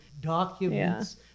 documents